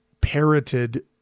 parroted